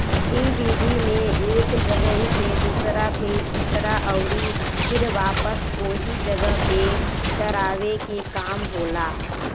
इ विधि में एक जगही से दूसरा फिर तीसरा अउरी फिर वापस ओही जगह पे चरावे के काम होला